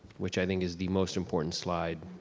which i think is the most important slide